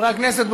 חברי הכנסת,